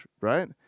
right